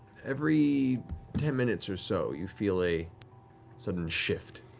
every ten minutes or so you feel a sudden shift,